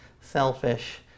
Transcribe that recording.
selfish